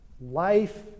life